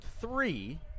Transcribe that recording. three